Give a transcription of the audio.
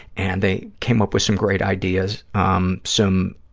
and they came up with some great ideas, um some